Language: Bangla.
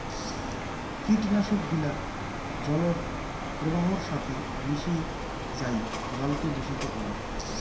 কীটনাশক গিলা জলর প্রবাহর সাথি মিশি যাই জলকে দূষিত করাং